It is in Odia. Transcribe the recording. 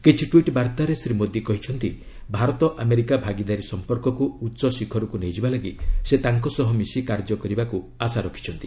କିଛି ଟ୍ୱିଟ୍ ବାର୍ଭାରେ ଶ୍ରୀ ମୋଦି କହିଛନ୍ତି ଭାରତ ଆମେରିକା ଭାଗିଦାରୀ ସମ୍ପର୍କକୁ ଉଚ୍ଚ ଶିଖରକୁ ନେଇଯିବା ଲାଗି ସେ ତାଙ୍କ ସହ ମିଶି କାର୍ଯ୍ୟ କରିବାକୁ ଆଶା ରଖିଛନ୍ତି